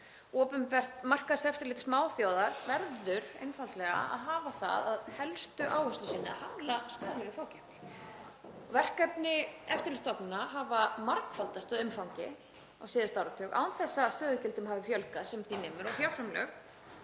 Opinbert markaðseftirlit smáþjóðar verður einfaldlega að hafa það að helstu áherslu sinni að hamla skaðlegri fákeppni. Verkefni eftirlitsstofnana hafa margfaldast að umfangi á síðasta áratug án þess að stöðugildum hafi fjölgað sem því nemur og fjárframlög